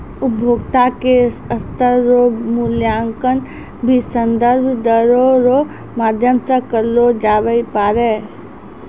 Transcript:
उपभोक्ता के स्तर रो मूल्यांकन भी संदर्भ दरो रो माध्यम से करलो जाबै पारै